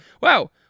Wow